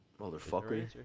Motherfucker